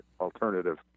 alternative